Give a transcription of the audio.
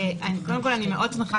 אני מאוד שמחה